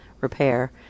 repair